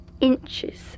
inches